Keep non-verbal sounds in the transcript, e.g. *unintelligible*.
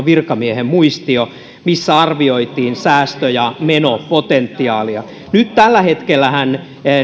*unintelligible* virkamiehen muistio missä arvioitiin säästö ja menopotentiaalia nyt tällä hetkellähän